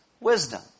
Wisdom